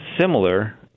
Similar